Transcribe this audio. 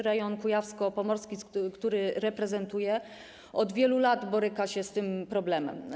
Rejon kujawsko-pomorski, który reprezentuję, od wielu lat boryka się z tym problemem.